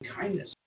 kindness